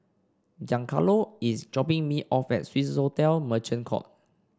Giancarlo is dropping me off at Swissotel Merchant Court